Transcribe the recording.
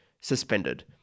suspended